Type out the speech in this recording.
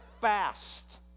fast